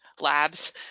labs